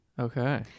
Okay